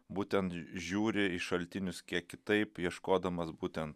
būtent žiūri į šaltinius kiek kitaip ieškodamas būtent